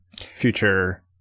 future